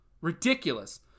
Ridiculous